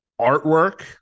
artwork